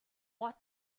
what